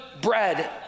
bread